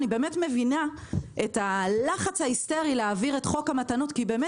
אני באמת מבינה את הלחץ ההיסטרי להעביר את חוק המתנות כי באמת